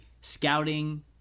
scouting